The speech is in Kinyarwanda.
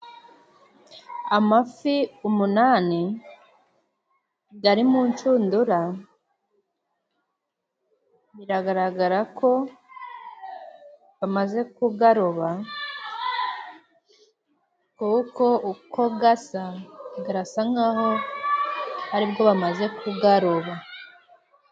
Amafi umunani yari mu nshundura， biragaragara ko amaze kugaroba，Ahubwo uko gasa， birasa nk’aho aribwo bamaze kugaroba.